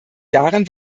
jahren